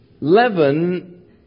Leaven